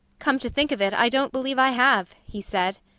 come to think of it, i don't believe i have, he said.